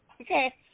Okay